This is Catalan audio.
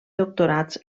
doctorats